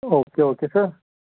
okay okay sir